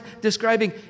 describing